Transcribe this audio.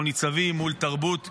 אנחנו ניצבים מול תרבות גזענית,